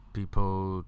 people